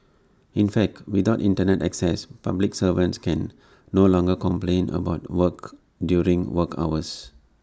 in fact without Internet access public servants can no longer complain about work during work hours